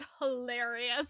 hilarious